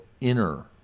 inner